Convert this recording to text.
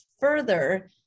further